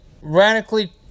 radically